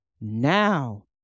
Now